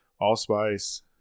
allspice